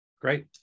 great